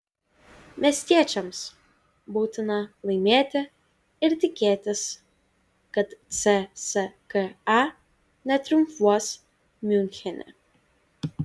miestiečiams būtina laimėti ir tikėtis kad cska netriumfuos miunchene